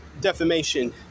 defamation